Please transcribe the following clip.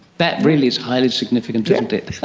that really is highly significant, isn't it?